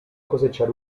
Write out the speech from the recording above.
cosechar